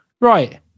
Right